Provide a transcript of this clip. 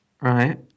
Right